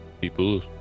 people